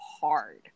hard